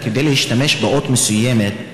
כדי להשתמש באות מסוימת,